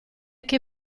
che